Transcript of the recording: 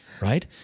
right